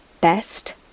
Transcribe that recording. best